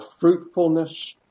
fruitfulness